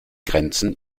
grenzen